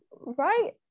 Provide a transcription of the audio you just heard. right